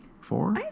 Four